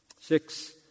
Six